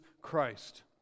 Christ